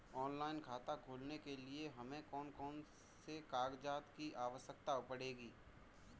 Online खाता खोलने के लिए हमें कौन कौन से कागजात की आवश्यकता पड़ेगी?